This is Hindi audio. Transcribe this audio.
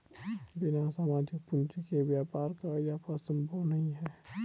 बिना सामाजिक पूंजी के व्यापार का इजाफा संभव नहीं है